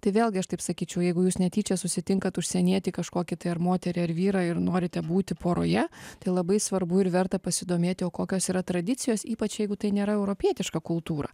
tai vėlgi aš taip sakyčiau jeigu jūs netyčia susitinkat užsienietį kažkokį tai ar moterį ar vyrą ir norite būti poroje tai labai svarbu ir verta pasidomėti o kokios yra tradicijos ypač jeigu tai nėra europietiška kultūra